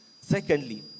Secondly